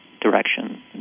direction